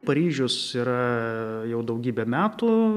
paryžius yra jau daugybę metų